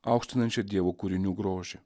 aukštinančią dievo kūrinių grožį